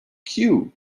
cue